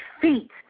feet